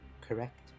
correct